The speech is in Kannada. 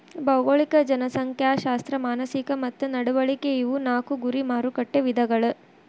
ಭೌಗೋಳಿಕ ಜನಸಂಖ್ಯಾಶಾಸ್ತ್ರ ಮಾನಸಿಕ ಮತ್ತ ನಡವಳಿಕೆ ಇವು ನಾಕು ಗುರಿ ಮಾರಕಟ್ಟೆ ವಿಧಗಳ